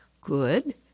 Good